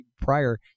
prior